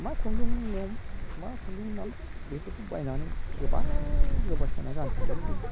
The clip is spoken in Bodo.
मा खुन्दुं नियम मा खुन्दुंनि नाम बेफोर बायनानै गोबा गोबा दाना गानसैलै